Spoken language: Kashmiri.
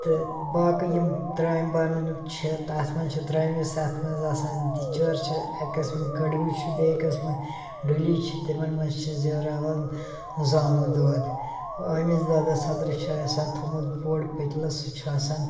تہٕ باقی یِم ترٛامہ بانَن چھ تتھ مَنٛز چھ ترٛاموِس یتھ مَنٛز آسان دِیٖگچہِ وٲر چھِ اکہ قٕسمہ گٔڑوٕ چھُ بیٚیہِ قٕسمہٕ ڈُلِج چھِ تِمَن مَنٛز چھِ زیٚوراوان زامُت دۄدھ ٲمِس دۄدھَس خٲطرٕ چھِ آسان تھومُت بوٚڑ پٔتلہٕ سُہ چھُ آسان